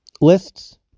Lists